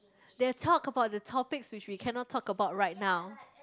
they talk about the topics which we cannot talk about right now